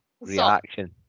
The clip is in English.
reaction